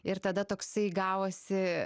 ir tada toksai gavosi